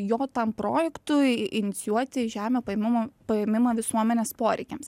jo tam projektui inicijuoti žemę paimumo paėmimą visuomenės poreikiams